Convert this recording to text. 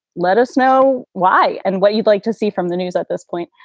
let us know why and what you'd like to see from the news at this point.